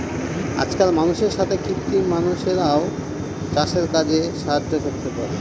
আজকাল মানুষের সাথে কৃত্রিম মানুষরাও চাষের কাজে সাহায্য করতে পারে